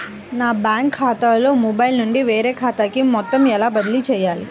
నా బ్యాంక్ ఖాతాలో మొబైల్ నుండి వేరే ఖాతాకి మొత్తం ఎలా బదిలీ చేయాలి?